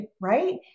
right